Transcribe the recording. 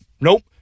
nope